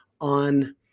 on